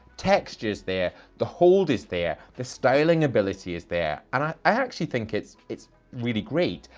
texture's there. the hold is there. the styling ability is there. and i actually think it's it's really great.